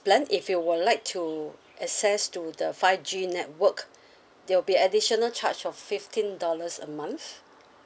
then if you would like to access to the five G network there will be additional charge of fifteen dollars a month